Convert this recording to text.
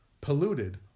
polluted